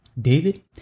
David